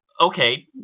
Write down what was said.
Okay